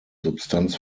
substanz